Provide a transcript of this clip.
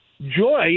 joy